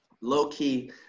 low-key